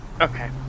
Okay